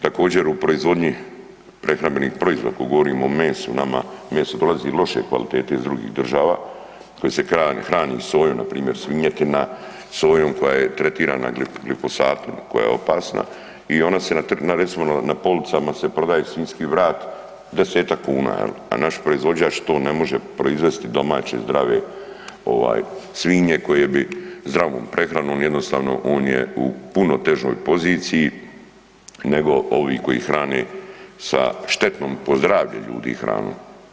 Također u proizvodnji prehrambenih proizvoda, ako govorimo o mesu, nama meso dolazi loše kvalitete iz drugih država, koje se hrani sojom npr. svinjetina, sojom koja je tretirana glifosatom koja je opasna i ona se recimo na policama se prodaje svinjski vrat 10-tak kuna, a naš proizvođač to ne može proizvesti domaće, zdrave ovaj svinje koje bi zdravom prehranom, jednostavno on je u puno težoj poziciji nego ovi koji hrane sa štetnom po zdravlje ljudi hranom.